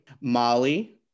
Molly